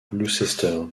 gloucester